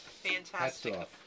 Fantastic